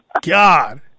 God